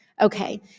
okay